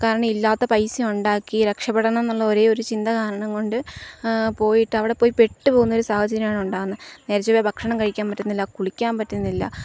കാരണം ഇല്ലാത്ത പൈസയുണ്ടാക്കി രക്ഷപ്പെടണം എന്നുള്ള ഒരേ ഒരു ചിന്ത കാരണം കൊണ്ട് ആ പോയിട്ട് അവിടെ പോയി പെട്ടു പോകുന്നൊരു സാഹചര്യമാണ് ഉണ്ടാവുന്നത് നേരെചൊവ്വേ ഭക്ഷണം കഴിക്കാൻ പറ്റുന്നില്ല കുളിക്കാൻ പറ്റുന്നില്ല